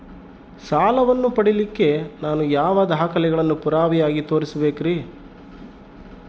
ಸಾಲವನ್ನು ಪಡಿಲಿಕ್ಕೆ ನಾನು ಯಾವ ದಾಖಲೆಗಳನ್ನು ಪುರಾವೆಯಾಗಿ ತೋರಿಸಬೇಕ್ರಿ?